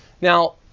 now